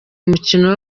umukino